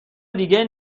دیگه